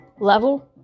level